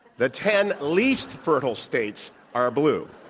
the ten least fertile states are blue.